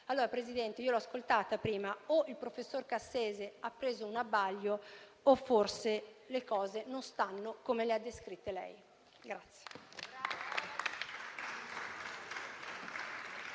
Signor Presidente, l'ho ascoltata prima: o il professor Cassese ha preso un abbaglio o forse le cose non stanno come le ha descritte lei.